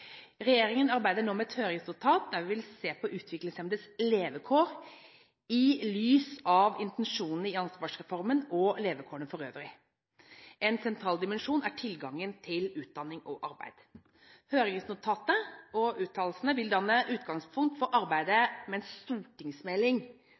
Regjeringen arbeider nå med et høringsnotat der vi vil se på utviklingshemmedes levekår i lys av intensjonene i ansvarsreformen og levekårene for øvrig. En sentral dimensjon er tilgangen til utdanning og arbeid. Høringsnotatet og uttalelsene vil danne utgangspunkt for arbeidet